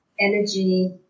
energy